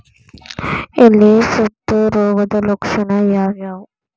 ಎಲೆ ಸುತ್ತು ರೋಗದ ಲಕ್ಷಣ ಯಾವ್ಯಾವ್?